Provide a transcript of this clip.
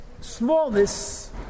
smallness